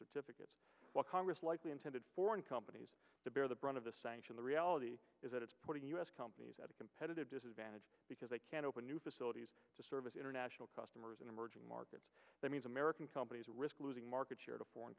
certificates while congress likely intended foreign companies to bear the brunt of the sanction the reality is that it's putting u s companies at a competitive disadvantage because they can open new facilities to service international customers in emerging markets that means american companies risk losing market share to foreign